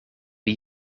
wie